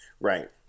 Right